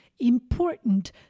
important